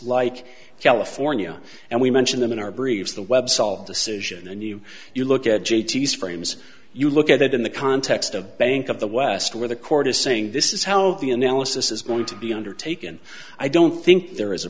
like california and we mention them in our briefs the web solved decision and you you look at j t s frames you look at that in the context of bank of the west where the court is saying this is how the analysis is going to be undertaken i don't think there is a